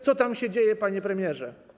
Co tam się dzieje, panie premierze?